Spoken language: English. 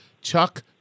Chuck